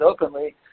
openly